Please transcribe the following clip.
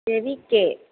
रविः के